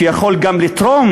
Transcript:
שיכול גם לתרום,